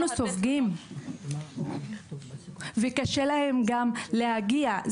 אנחנו סופגים וקשה להם גם להגיע.